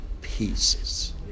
pieces